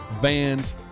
vans